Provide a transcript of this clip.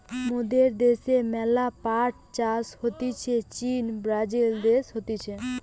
মোদের দ্যাশে ম্যালা পাট চাষ হতিছে চীন, ব্রাজিল দেশে হতিছে